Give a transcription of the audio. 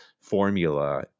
formula